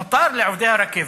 מותר לעובדי הרכבת,